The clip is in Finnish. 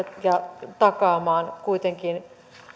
ja takaamaan kuitenkin